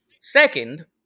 Second